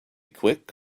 quick